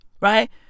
Right